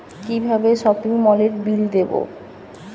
কিভাবে সপিং মলের বিল দেবো?